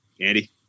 Andy